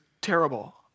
terrible